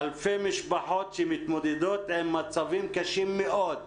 על אלפי משפחות שמתמודדות עם מצבים קשים מאוד,